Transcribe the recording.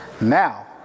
Now